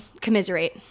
Commiserate